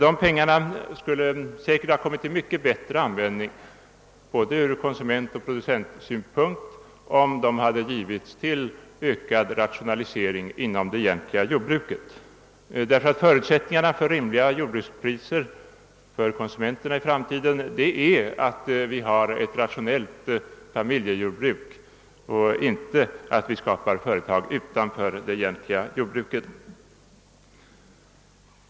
Dessa pengar skulle säkerligen ha kommit till mycket bättre användning ur både konsumentoch producentsynpunkt, om de hade givits till ökad rationalisering inom det egentliga jordbruket. Ty förutsättningen för rimliga jordbrukspriser för konsumenterna i framtiden är att vi har ett ratio nellt familjejordbruk och inte att vi skapar företag utanför det egentliga jordbruket.